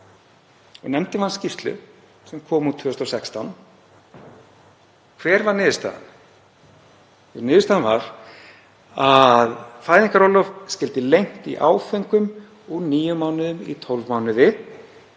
og nefndin vann skýrslu sem kom út 2016. Hver var niðurstaðan? Niðurstaðan var að fæðingarorlof skyldi lengt í áföngum úr níu mánuðum í 12 mánuði